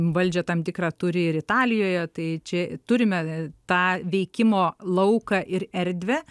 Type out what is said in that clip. valdžią tam tikrą turi ir italijoje tai čia turime tą veikimo lauką ir erdvę